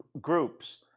groups